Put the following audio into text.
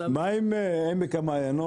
מה אם עמק המעיינות